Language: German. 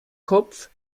kopf